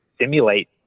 simulate